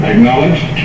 Acknowledged